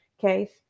case